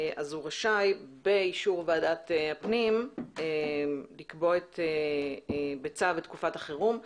הוא רשאי באישור ועדת הפנים לקבוע בצו את תקופת החירום.